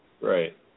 Right